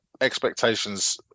expectations